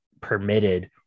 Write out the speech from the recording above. permitted